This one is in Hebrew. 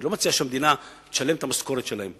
אני לא מציע שהמדינה תשלם את המשכורת שלהם.